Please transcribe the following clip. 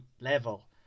level